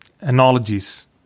analogies